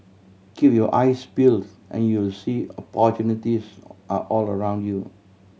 keep your eyes peeled and you will see opportunities are all around you